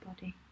body